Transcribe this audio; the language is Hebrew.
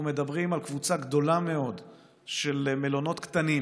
אנחנו מדברים על קבוצה גדולה מאוד של מלונות קטנים